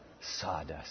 sawdust